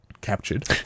captured